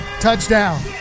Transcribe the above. touchdown